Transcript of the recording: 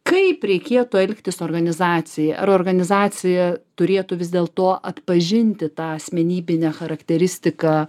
kaip reikėtų elgtis organizacijai ar organizacija turėtų vis dėlto atpažinti tą asmenybinę charakteristiką